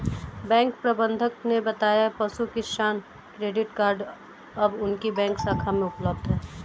bank प्रबंधक ने बताया पशु किसान क्रेडिट कार्ड अब उनकी बैंक शाखा में उपलब्ध है